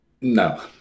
No